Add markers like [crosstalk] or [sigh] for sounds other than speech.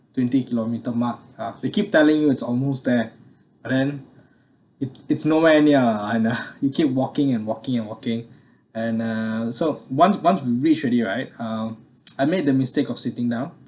twenty kilometer mark uh they keep telling you it's almost there but then it it's nowhere near and uh [laughs] you keep walking and walking and walking and uh so once once you reach already right uh I made the mistake of sitting down